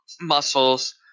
muscles